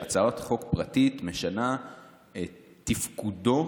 שהצעת חוק פרטית משנה את תפקודו